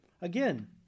Again